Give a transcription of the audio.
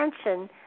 attention